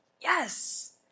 yes